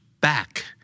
back